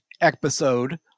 episode